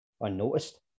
unnoticed